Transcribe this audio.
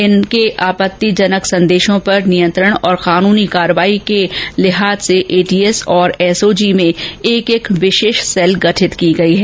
इन आपत्तिजनक संदेशों पर नियन्त्रण और कानूनी कार्रवाई के लिहाज से एटीएस और एसओजी में एक एक विशेष सेल गठित की गई है